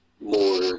more